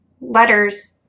letters